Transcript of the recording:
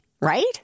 right